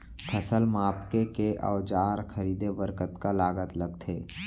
फसल मापके के औज़ार खरीदे बर कतका लागत लगथे?